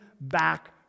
back